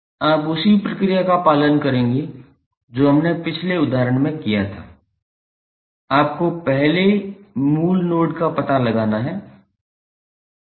आप उसी प्रक्रिया का पालन करेंगे जो हमने पिछले उदाहरण में किया था आपको पहले मूल नोड का पता लगाना होगा